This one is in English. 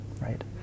right